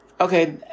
Okay